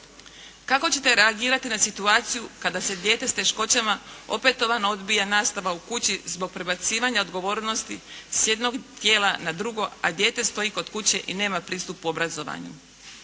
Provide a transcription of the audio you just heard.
Kako ćete reagirati na situaciju kada se dijete s teškoćama opetovano odbija nastava u kući zbog prebacivanja odgovornosti s jednog dijela na drugo, a dijete stoji kod kuće i nema pristup obrazovanju.